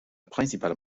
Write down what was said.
principale